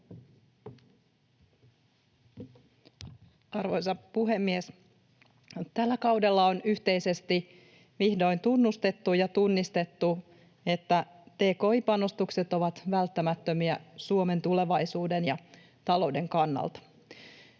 Arvoisa puhemies! Tällä kaudella on yhteisesti vihdoin tunnustettu ja tunnistettu, että tki-panostukset ovat välttämättömiä Suomen tulevaisuuden ja talouden kannalta.